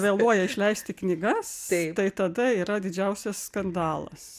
vėluoja išleisti knygas tai tada yra didžiausias skandalas